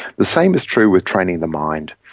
the same is true with training the mind.